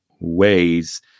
ways